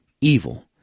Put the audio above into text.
evil